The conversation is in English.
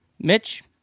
mitch